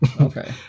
Okay